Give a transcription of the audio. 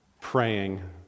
praying